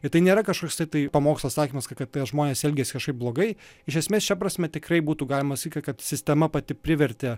ir tai nėra kažkoks tai pamokslo sakymas kad tie žmonės elgiasi kažkaip blogai iš esmės šia prasme tikrai būtų galima sakyt kad sistema pati privertė